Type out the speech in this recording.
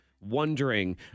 wondering